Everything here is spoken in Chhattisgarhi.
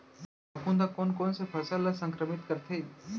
फफूंद ह कोन कोन से फसल ल संक्रमित करथे?